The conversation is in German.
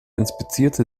inspizierte